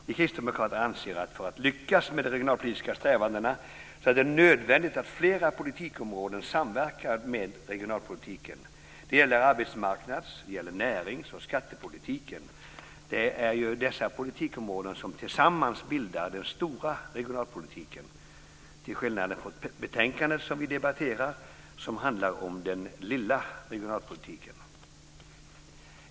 Vi kristdemokrater anser att för att lyckas med de regionalpolitiska strävandena är det nödvändigt att flera politikområden samverkar med regionalpolitiken. Det gäller arbetsmarknads-, närings och skattepolitiken. Det är dessa politikområden som tillsammans bildar den stora regionalpolitiken till skillnad från betänkandet vi debatterar som handlar om den lilla regionalpolitiken.